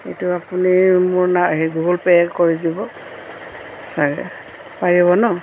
এইটো আপুনি মোৰ না গুগল পে' কৰি দিব চাই পাৰিব ন